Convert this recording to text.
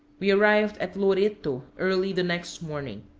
we arrived at loreto early the next morning.